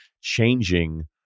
changing